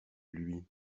lui